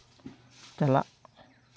ᱪᱟᱞᱟᱜ